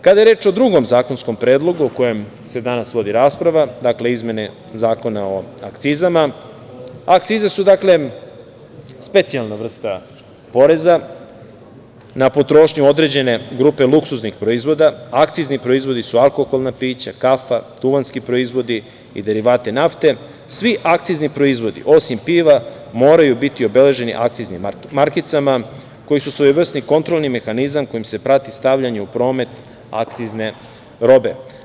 Kada je reč o drugom zakonskom predlogu o kojem se danas vodi rasprava, dakle izmene Zakona o akcizama, akcize su specijalna vrsta poreza, na potrošnju određene grupe luksuznih proizvoda akcizni proizvodi su alkoholna pića, kafa, duvanski proizvodi i derivati nafte, svi akcizni proizvodi, osim piva, moraju biti obeleženi akciznim markicama koji su svojevrsni kontrolni mehanizam kojim se prati stavljanje u promet akcizne robe.